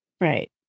right